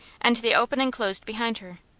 and the opening closed behind her.